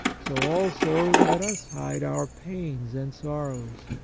so also let us hide our pains and sorrows.